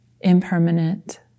impermanent